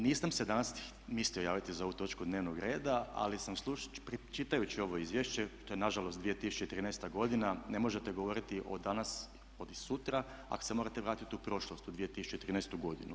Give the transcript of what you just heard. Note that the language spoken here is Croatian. Nisam se danas mislio javiti za ovu točku dnevnog reda, ali sam čitajući ovo izvješće to je na žalost 2013. godina ne možete govoriti o danas, o sutra ako se morate vratiti u prošlost u 2013. godinu.